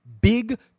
big